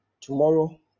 tomorrow